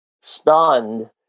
stunned